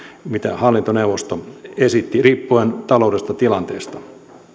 mitä hallintoneuvosto esitti riippuen taloudellisesta tilanteesta